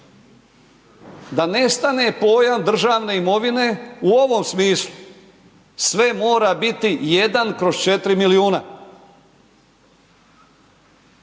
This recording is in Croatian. da nestane pojam državne imovine u ovom smislu, sve mora biti 1/4 milijuna.